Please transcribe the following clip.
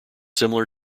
similar